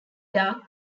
dark